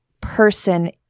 person